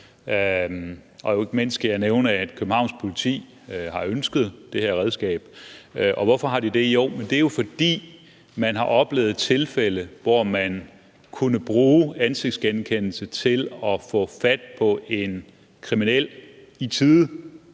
og ikke mindst kan jeg nævne, at Københavns Politi har ønsket det her redskab. Hvorfor har de det? Jo, det er, fordi man har oplevet tilfælde, hvor man kunne bruge ansigtsgenkendelse til at få fat på en kriminel i tide,